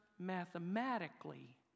mathematically